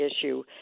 issue